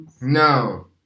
No